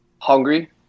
hungry